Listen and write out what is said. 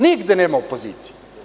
Nigde nema opozicije.